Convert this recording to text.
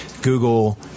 Google